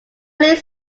leads